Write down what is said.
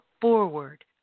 forward